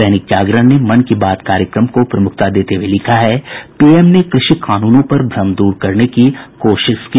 दैनिक जागरण ने मन की बात कार्यक्रम को प्रमुखता देते हुये लिखा है पीएम ने कृषि कानूनों पर भ्रम दूर करने की कोशिश की